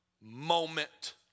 moment